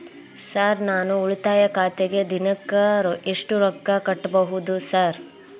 Sir ನಾನು ಉಳಿತಾಯ ಖಾತೆಗೆ ದಿನಕ್ಕ ಎಷ್ಟು ರೊಕ್ಕಾ ಕಟ್ಟುಬಹುದು ಸರ್?